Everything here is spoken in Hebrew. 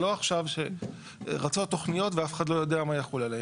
זה לא עכשיו שרצות תוכניות ואף אחד לא יודע מה יחול עליהן.